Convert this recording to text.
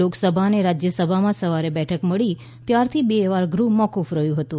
લોકસભા અને રાજ્યસભામાં સવારે બેઠક મળી ત્યારથી બે વાર ગૃહ મોફફ રહ્યું હતું